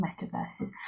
metaverses